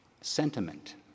sentiment